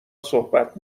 صحبت